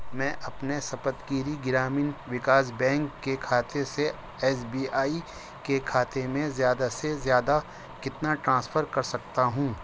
میں اپنے Saptagiri Grameen Vikas bank کے کھاتے سے ایس بی آئی کے کھاتے میں زیادہ سے زیادہ کتنا ٹرانسفر کرسکتا ہوں